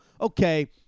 okay